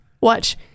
Watch